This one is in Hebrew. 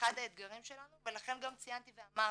אחד האתגרים שלנו ולכן גם ציינתי ואמרתי,